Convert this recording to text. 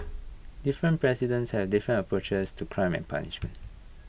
different presidents have different approaches to crime and punishment